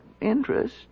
interest